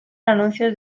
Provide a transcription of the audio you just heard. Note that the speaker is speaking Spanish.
anuncios